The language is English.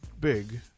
big